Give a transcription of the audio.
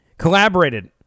Collaborated